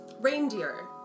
Reindeer